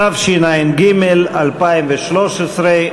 התשע"ג 2013,